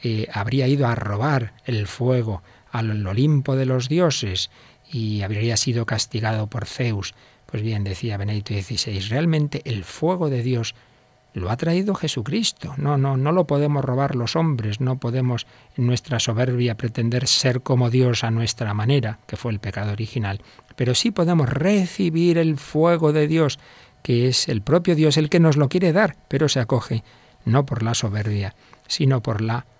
eh, habría ido a robar el fuego al Olimpo de los dioses y habría sido castigado por Zeus. Pues bien, decía Benedicto XVI, realmente el fuego de Dios lo ha traído Jesucristo. No, no, no lo podemos robar los hombres, no podemos en nuestra soberbia pretender ser como Dios a nuestra manera, que fue el pecado original, pero sí podemos recibir el fuego de Dios, que es el propio Dios el que nos lo quiere dar, pero se acoge no por la soberbia, sino por la